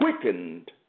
quickened